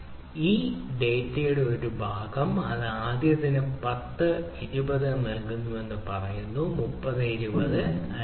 ഈ ഡാറ്റയുടെ ഒരു ഭാഗം അത് ആദ്യത്തേതിന് 10 20 നൽകുന്നുവെന്ന് പറയുന്നു 30 40 50